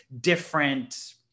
different